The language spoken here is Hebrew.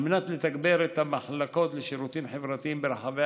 על מנת לתגבר את המחלקות לשירותים חברתיים ברחבי